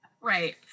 Right